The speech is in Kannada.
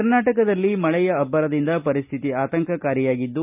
ಕರ್ನಾಟಕದಲ್ಲಿ ಮಳೆಯ ಅಬ್ಬರದಿಂದ ಪರಿಸ್ಥಿತಿ ಆತಂಕಕಾರಿಯಾಗಿದ್ದು